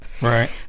Right